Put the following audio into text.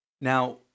Now